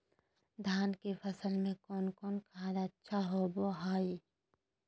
धान की फ़सल में कौन कौन खाद अच्छा होबो हाय?